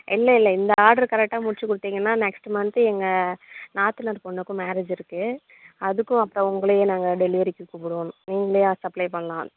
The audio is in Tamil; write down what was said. இல்லை இல்லை இந்த ஆட்ரு கரெக்ட்டாக முடிச்சு கொடுத்திங்கன்னா நெக்ஸ்ட்டு மந்த்து எங்கள் நாத்துனார் பொண்ணுக்கும் மேரேஜ் இருக்கு அதுக்கும் அப்புறம் உங்களையே நாங்கள் டெலிவரிக்கு கூப்பிடுவோம் நீங்களே சப்ளை பண்ணலாம்